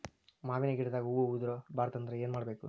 ಮಾವಿನ ಗಿಡದಾಗ ಹೂವು ಉದುರು ಬಾರದಂದ್ರ ಏನು ಮಾಡಬೇಕು?